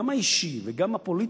גם האישי וגם הפוליטי,